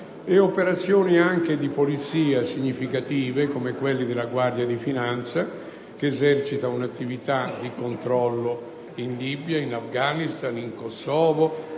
operazioni di polizia significative, come quelle della Guardia di finanza, che esercita un'attività di controllo in Libia, in Afghanistan, in Kosovo,